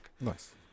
Nice